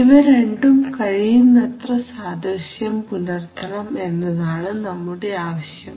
ഇവ രണ്ടും കഴിയുന്നത്ര സാദൃശ്യം പുലർത്തണം എന്നതാണ് നമ്മുടെ ആവശ്യം